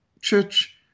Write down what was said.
church